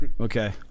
Okay